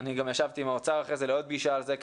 אני גם ישבתי עם האוצר אחרי זה לעוד פגישה על זה,